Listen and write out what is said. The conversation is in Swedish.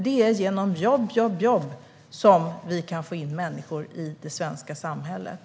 Det är genom jobb, jobb och jobb som vi kan få in människor i det svenska samhället.